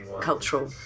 cultural